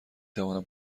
توانم